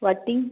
வட்டி